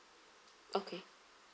okay